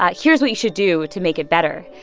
ah here's what you should do to make it better,